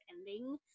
ending